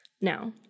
now